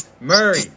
Murray